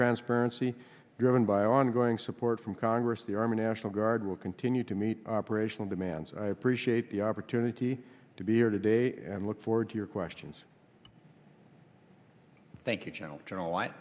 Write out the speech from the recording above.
transparency given by ongoing support from congress the army national guard will continue to meet operational demands i appreciate the opportunity to be here today and look forward to your questions thank you joe journal i